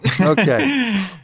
Okay